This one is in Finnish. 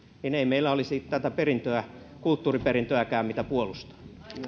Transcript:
niin ei meillä olisi tätä kulttuuriperintöäkään mitä puolustaa